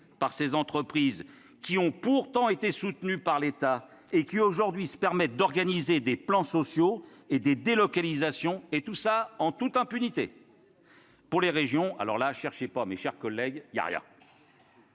par des entreprises pourtant soutenues par l'État, et qui aujourd'hui se permettent d'organiser des plans sociaux et des délocalisations en toute impunité ? Quant aux régions, ne cherchez pas, mes chers collègues, il n'y a rien